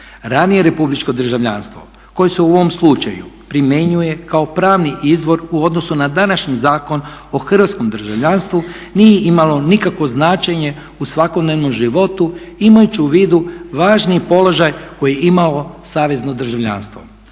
Ranije republičko državljanstvo koje se u ovom slučaju primjenjuje kao pravni izvor u odnosu na današnji Zakon o hrvatskom državljanstvu nije imalo nikakvo značenje u svakodnevnom životu imajući u vidu važni položaj koji je imalo savezno državljanstvo.